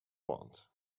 want